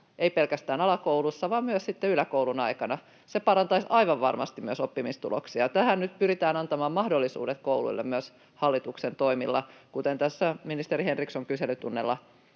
ei pelkästään alakouluissa vaan myös sitten yläkoulun aikana. Se parantaisi aivan varmasti myös oppimistuloksia. Tähän nyt pyritään antamaan mahdollisuudet kouluille myös hallituksen toimilla, kuten tässä ministeri Henriksson kyselytunnilla